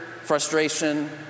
frustration